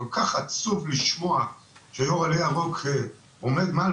כל כך עצוב לשמוע שיו"ר עלה ירוק עומד מעל